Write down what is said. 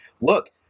look